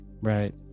Right